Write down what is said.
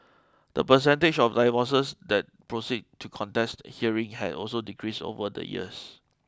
the percentage of divorces that proceed to contested hearing has also decreased over the years